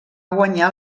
guanyar